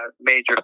major